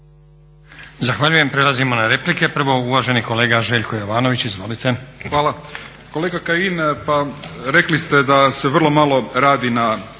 Zahvaljujem. Prelazimo na replike. Prvo uvaženi kolega Željko Jovanović, izvolite. **Jovanović, Željko (SDP)** Hvala. Kolega Kajin, rekli ste da se vrlo malo radi na